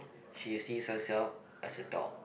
she sees herself as a dog